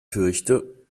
fürchte